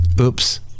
oops